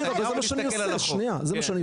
זה מה שאני עושה, שנייה, זה מה שאני עושה.